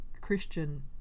Christian